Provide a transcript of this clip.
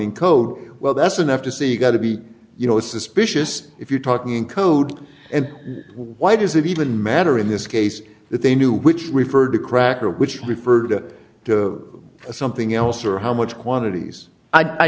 in code well that's enough to say you got to be you know suspicious if you're talking in code and why does it even matter in this case that they knew which referred to cracker which referred to something else or how much quantities i